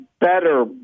Better